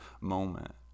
moment